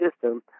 system –